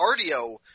cardio